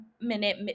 minute